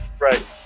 Right